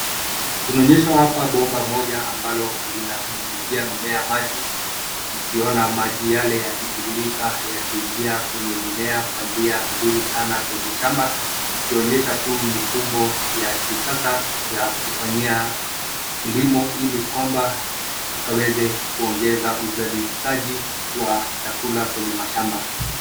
Tumeonyeshwa hapa bomba moja ambalo linanyunyuzia mimea maji tukiona maji yale yakitiririka yakiingia kwenye mimea kwa njia nzuri sana kwenye shamba ikionyesha tu mifumo ya kisasa ya kufanyia kilimo ili kwamba ikaweze kuongeza uzalishaji wa chakula kwenye mashamba.